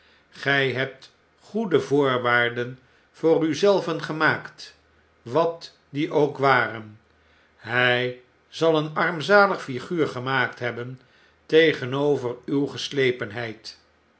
gij hebt toede voorwaarden voor u zelven gemaakt wat ie ook waren hy zal een armzalige figuur gemaakt hebben tegenover uw geslepeuheid